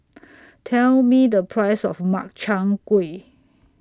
Tell Me The Price of Makchang Gui